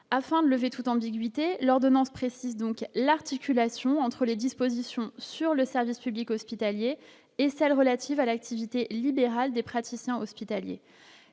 afin de lever toute ambiguïté : l'ordonnance précise donc l'articulation entre les dispositions sur le service public hospitalier et celles relatives à l'activité libérale des praticiens hospitaliers